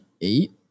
eight